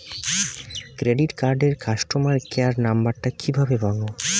Credit কার্ডের customer care number টা কিভাবে পাবো?